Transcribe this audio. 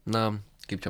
na kaip čia